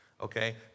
okay